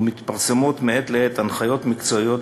ומתפרסמות מעת לעת הנחיות מקצועיות